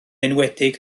enwedig